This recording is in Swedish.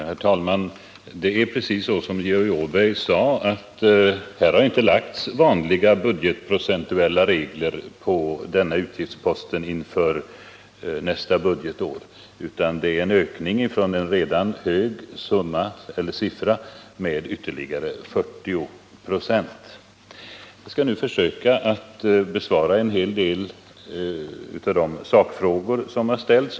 Herr talman! Det är precis så som Georg Åberg sade, nämligen att vanliga budgetprocentuella regler inte har tillämpats i fråga om denna utgiftspost inför nästa budgetår. Det är i stället fråga om en 40-procentig ökning av ett redan högt belopp. Jag skall nu försöka besvara en hel del sakfrågor som har ställts.